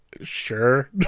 Sure